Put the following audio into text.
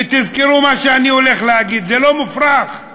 ותזכרו מה שאני הולך להגיד, זה לא מופרך.